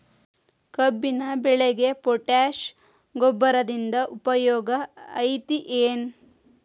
ಕಬ್ಬಿನ ಬೆಳೆಗೆ ಪೋಟ್ಯಾಶ ಗೊಬ್ಬರದಿಂದ ಉಪಯೋಗ ಐತಿ ಏನ್?